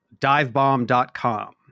Divebomb.com